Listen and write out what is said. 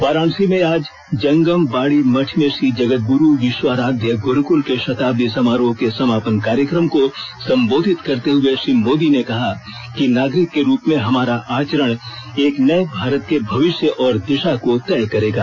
वाराणसी में आज जंगम बाड़ी मठ में श्री जगदगुरू विश्वारराध्या गुरूकल के शताब्दी समारोह के समापन कार्यक्रम को संबोधित करते हए श्री मोदी ने कहा कि नागरिक के रूप में हमारा आचरण एक नए भारत के भविष्य और दिशा को तय करेगा